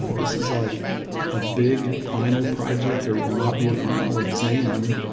this is like a big, final project. there will not be a final exam.